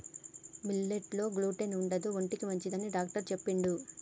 millet లో gluten ఉండదు ఒంటికి మంచిదని డాక్టర్ చెప్పిండు